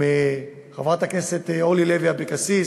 חברת הכנסת אורלי לוי אבקסיס,